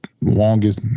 longest